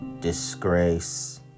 disgrace